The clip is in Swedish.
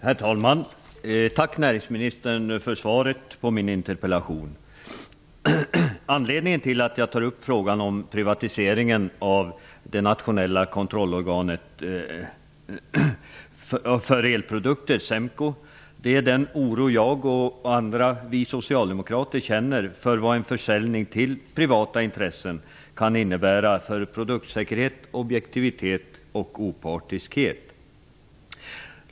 Herr talman! Jag tackar näringsministern för svaret på min interpellation. Anledningen till att jag tar upp frågan om privatiseringen av det nationella kontrollorganet för elprodukter, SEMKO, är den oro jag och andra socialdemokrater känner för vad en försäljning till privata intressen kan innebära för produktsäkerhet, objektivitet och opartiskhet.